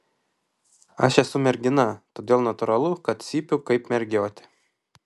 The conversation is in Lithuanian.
aš esu mergina todėl natūralu kad cypiu kaip mergiotė